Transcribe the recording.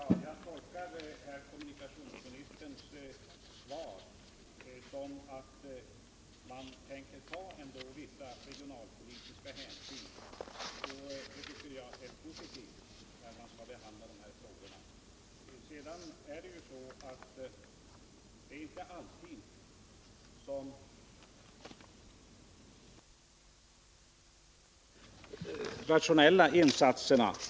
Banan Boden-Haparanda utgör en flaskhals i fråga om gränstrafiken Sverige-Finland.